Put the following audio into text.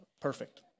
Perfect